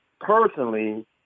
personally